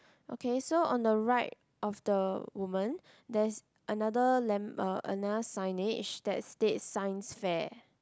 okay so on the right of the woman there's another lam~ another signage that states science fair